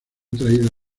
traída